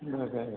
നിങ്ങൾക്കേത്